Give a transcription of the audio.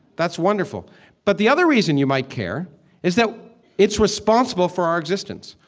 that's wonderful but the other reason you might care is that it's responsible for our existence.